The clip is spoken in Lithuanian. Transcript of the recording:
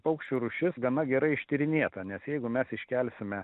paukščių rūšis gana gerai ištyrinėta nes jeigu mes iškelsime